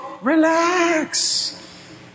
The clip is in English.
relax